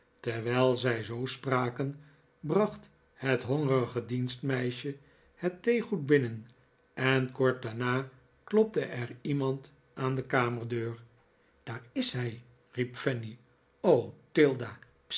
terwijl zij zoo spraken bracht het hongerige dienstmeisje het theegoed binnen en kort daarna klopte er iemand aan de kamerdeur daar is hij riep fanny r o tilda